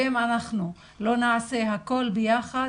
ואם אנחנו לא נעשה הכל ביחד,